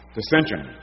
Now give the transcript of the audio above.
Dissension